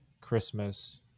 Christmas